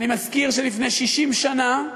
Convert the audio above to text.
אני מזכיר שלפני 60 שנה,